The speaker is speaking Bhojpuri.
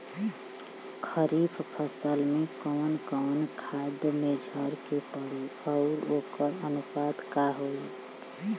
खरीफ फसल में कवन कवन खाद्य मेझर के पड़ी अउर वोकर अनुपात का होई?